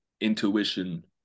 intuition